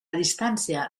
distància